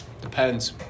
depends